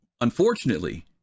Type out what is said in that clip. unfortunately